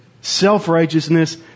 self-righteousness